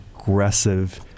aggressive